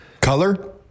color